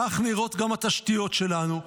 כך נראות גם התשתיות שלנו.